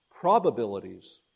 probabilities